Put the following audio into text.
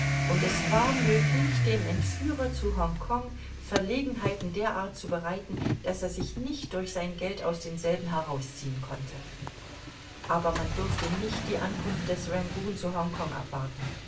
und es war möglich dem entführer zu hongkong verlegenheiten der art zu bereiten daß er sich nicht durch sein geld aus denselben herausziehen konnte aber man durfte nicht die ankunft des rangoon zu hongkong abwarten